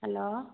hello